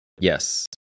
Yes